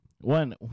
one